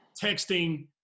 texting